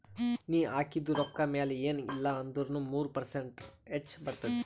ನೀ ಹಾಕಿದು ರೊಕ್ಕಾ ಮ್ಯಾಲ ಎನ್ ಇಲ್ಲಾ ಅಂದುರ್ನು ಮೂರು ಪರ್ಸೆಂಟ್ರೆ ಹೆಚ್ ಬರ್ತುದ